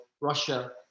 Russia